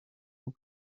vous